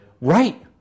right